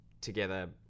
together